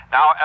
Now